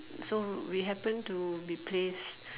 so we happen to be placed